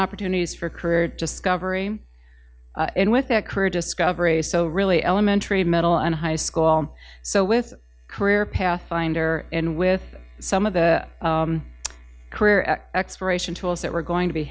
opportunities for career discovery in with that courage discoveries so really elementary middle and high school so with career path finder and with some of the career exploration tools that we're going to be